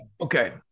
okay